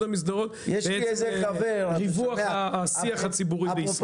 משדרות" לריווח השיח הציבורי בישראל.